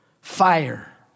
fire